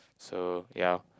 so ya